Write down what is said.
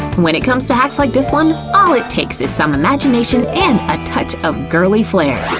when it comes to hacks like this one, all it takes is some imagination and a touch of girly flair!